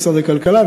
משרד הכלכלה,